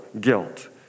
guilt